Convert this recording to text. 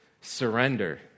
surrender